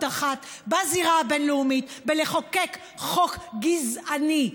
אחת בזירה הבין-לאומית בלחוקק חוק גזעני.